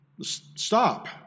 Stop